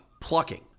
plucking